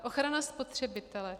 Ochrana spotřebitele.